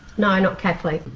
no, not catholic.